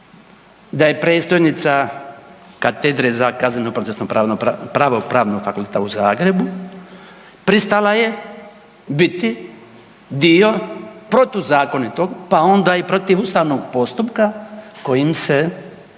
da je predstojnica katedre za kazneno-procesno pravo Pravnog fakulteta u Zagrebu, pristala biti dio protuzakonitog pa onda i protiv ustavnog postupka kojim se